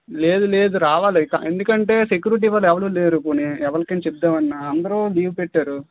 లేదు లేదు రావాలి క ఎందుకంటే సెక్యూరిటీ కూడా ఎవరూ లేరు పోనీ ఎవరికైనా చెబుదాం అన్నా అందరూ లీవ్ పెట్టారు